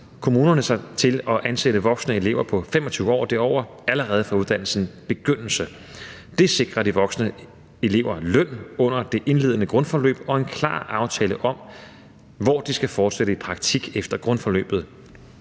kommunerne sig til at ansætte voksne elever på 25 år og derover allerede fra uddannelsens begyndelse. Det sikrer de voksne elever løn under det indledende grundforløb og en klar aftale om, hvor de skal forsætte i praktik efter grundforløbet.